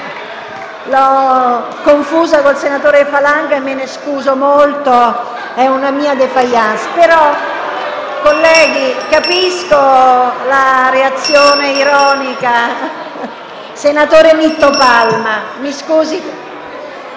l'ho confusa con il senatore Falanga e me ne scuso molto, è una mia *defaillance*. *(Ilarità)*. Colleghi, capisco la reazione ironica. Senatore Nitto Palma, mi scusi,